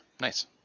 Nice